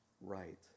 right